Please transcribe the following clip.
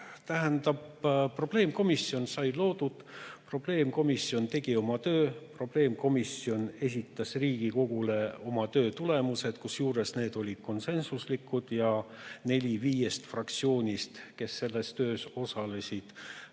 selge. Probleemkomisjon sai loodud, probleemkomisjon tegi oma töö ära ja probleemkomisjon esitas Riigikogule oma töö tulemused, kusjuures need olid konsensuslikud ja neli fraktsiooni viiest, kes selles töös osalesid,